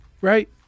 Right